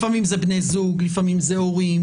לפעמים זה בני זוג, לפעמים זה הורים.